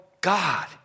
God